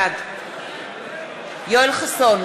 בעד יואל חסון,